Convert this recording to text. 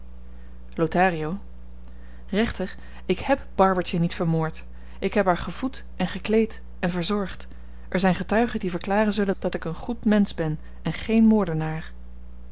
lothario rechter ik heb barbertje niet vermoord ik heb haar gevoed en gekleed en verzorgd er zyn getuigen die verklaren zullen dat ik n goed mensch ben en geen moordenaar